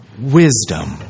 wisdom